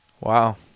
wow